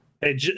Hey